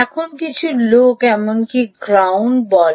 এবং কিছু লোক গ্রাউন্ড বলে